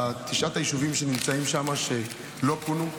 תשעת היישובים שנמצאים שם שלא פונו.